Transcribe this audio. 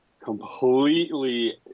completely